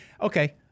Okay